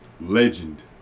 Legend